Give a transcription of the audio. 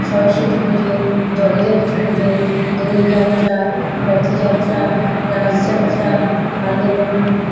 সরস্বতী পুজো জগদ্ধাত্রী পুজো দোলযাত্রা রথযাত্রা রাসযাত্রা পালন